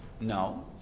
No